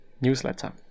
newsletter